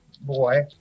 boy